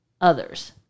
others